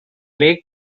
lake